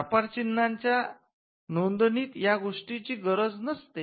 व्यापार चिन्हाच्या नोंदणीत या गोष्टी करण्याची गरज नसते